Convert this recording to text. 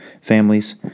families